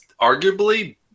arguably